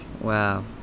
Wow